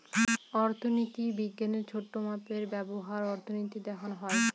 অর্থনীতি বিজ্ঞানের ছোটো মাপে ব্যবহার অর্থনীতি দেখানো হয়